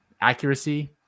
accuracy